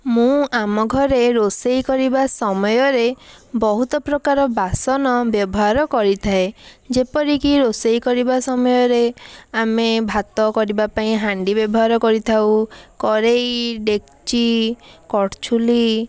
ମୁଁ ଆମ ଘରେ ରୋଷେଇ କରିବା ସମୟରେ ବହୁତ ପ୍ରକାର ବାସନ ବ୍ୟବହାର କରିଥାଏ ଯେପରିକି ରୋଷେଇ କରିବା ସମୟରେ ଆମେ ଭାତ କରିବା ପାଇଁ ହାଣ୍ଡି ବ୍ୟବହାର କରିଥାଉ କରେଇ ଡ଼େକଚି କର୍ଛୁଲି